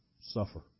suffer